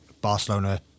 barcelona